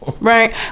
Right